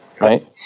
Right